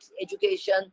education